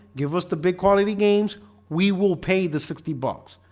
give us the big quality games we will pay the sixty bucks.